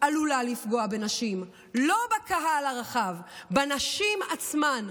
עלולה לפגוע בנשים, לא בקהל הרחב, בנשים עצמן.